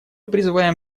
призываем